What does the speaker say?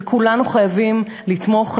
וכולנו חייבים לתמוך,